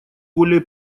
более